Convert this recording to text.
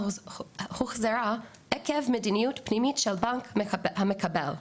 הוחזרה עקב מדיניות פנימית של הבנק המקבל,